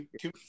Two